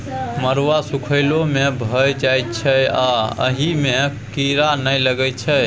मरुआ सुखलो मे भए जाइ छै आ अहि मे कीरा नहि लगै छै